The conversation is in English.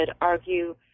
argue